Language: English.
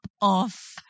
off